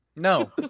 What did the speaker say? No